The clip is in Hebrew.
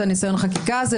את ניסיון החקיקה הזאת,